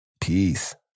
peace